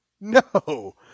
No